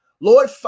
Lord